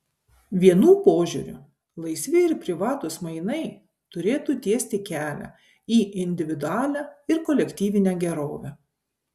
vienų požiūriu laisvi ir privatūs mainai turėtų tiesti kelią į individualią ir kolektyvinę gerovę